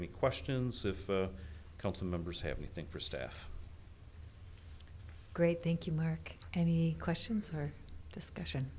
any questions of come to members have anything for staff great thank you mark any questions or discussion